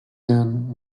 than